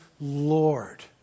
Lord